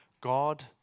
God